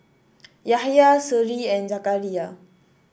Yahya Seri and Zakaria